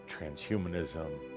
transhumanism